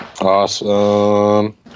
Awesome